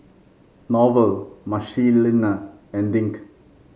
Norval Marcelina and Dink